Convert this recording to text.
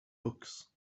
books